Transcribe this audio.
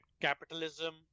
Capitalism